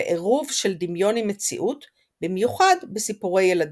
ועירוב של דמיון עם מציאות, במיוחד בסיפורי ילדים.